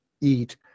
eat